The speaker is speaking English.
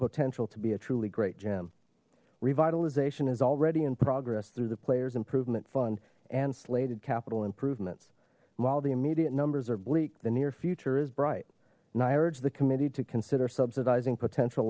potential to be a truly great gem revitalization is already in progress through the players improvement fund and slated capital improvements while the immediate numbers are bleak the near future is bright and i urge the committee to consider subsidizing potential